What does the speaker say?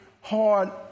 hard